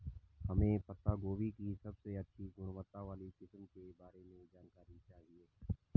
हमें पत्ता गोभी की सबसे अच्छी गुणवत्ता वाली किस्म के बारे में जानकारी चाहिए?